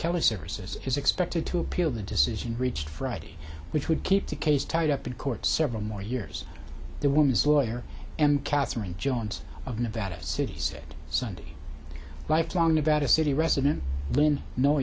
kelly services is expected to appeal the decision reached friday which would keep the case tied up in court several more years the woman's lawyer and katherine jones of nevada city said sunday lifelong nevada city resident lynn